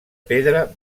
pedra